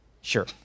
Sure